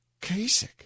Kasich